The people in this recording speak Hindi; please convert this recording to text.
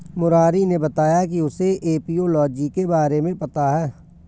मुरारी ने बताया कि उसे एपियोलॉजी के बारे में पता है